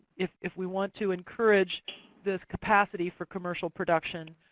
if if we want to encourage this capacity for commercial production,